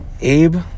abe